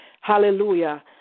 Hallelujah